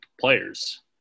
players